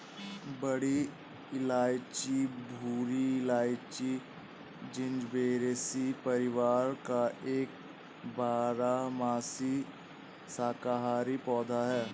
बड़ी इलायची भूरी इलायची, जिंजिबेरेसी परिवार का एक बारहमासी शाकाहारी पौधा है